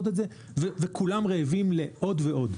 וכולם רעבים לעוד ועוד.